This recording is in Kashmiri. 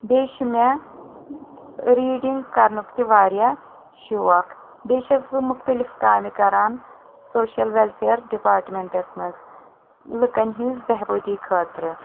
بیٚیہِ چھِ مےٚ ریٖڈنٛگ کرنُک تہِ واریاہ شوق بیٚیہِ چھس بہٕ مُختلف کامہِ کران سوشل وٮ۪لفیر ڈپاٹمیٚنٹس منٛز لُکن ہِنٛز بٮ۪ہہ بوٗدی خٲطرٕ